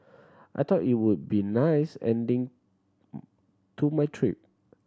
I thought it would be nice ending to my trip